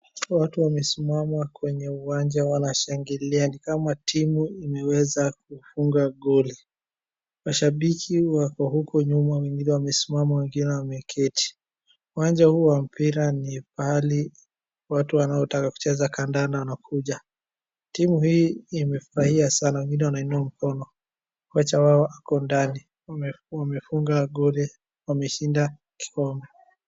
Watu wamesimama kwenye uwanja wanashangilia ni kama timu imeweza kufunga goli, mashabiki wako huku nyuma wengine wamesimama huku wengine wameketi. Uwanja huu wa mpira ni pahali watu wanaotaka kucheza kandanda wanakuja. Timu hii imefurahia sana wengine wanainua mkono, kocha wao ako ndani, wamefunga goli, wameshinda kikombe.